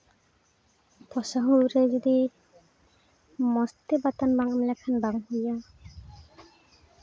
ᱵᱚᱨᱥᱟ ᱦᱩᱲᱩ ᱨᱮ ᱡᱩᱫᱤ ᱢᱚᱡᱽ ᱛᱮ ᱵᱟᱛᱟᱱ ᱵᱟᱝ ᱮᱢ ᱞᱮᱠᱷᱟᱱ ᱵᱟᱝ ᱦᱩᱭᱩᱜᱼᱟ